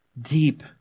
deep